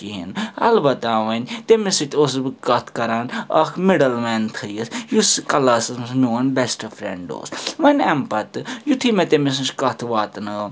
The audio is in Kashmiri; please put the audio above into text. کِہیٖنٛۍ اَلبَتہٕ وۅنۍ تٔمِس سۭتۍ اوسُس بہٕ کتھ کَران اکھ مِڈَل مین تھٲیِتھ یُس کَلاسَس مَنٛز میٛون بیٚسٹ فرٛینٛڈ اوس وۅنۍ امہِ پَتہٕ یُتھُے مےٚ تٔمِس نِش کتھ واتنٲو